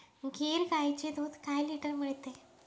गीर गाईचे दूध काय लिटर मिळते?